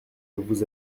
vous